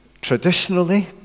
Traditionally